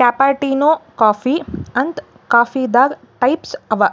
cappuccino coffee ಅಂತ್ ಕಾಫೀದಾಗ್ types ಅವಾ